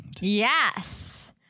Yes